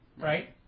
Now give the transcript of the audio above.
right